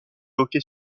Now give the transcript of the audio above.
hockey